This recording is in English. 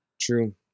True